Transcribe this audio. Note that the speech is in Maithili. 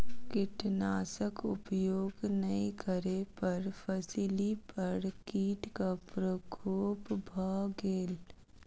कीटनाशक उपयोग नै करै पर फसिली पर कीटक प्रकोप भ गेल